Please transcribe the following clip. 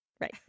right